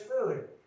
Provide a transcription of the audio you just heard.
food